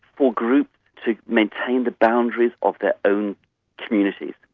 for groups to maintain the boundaries of their own communities.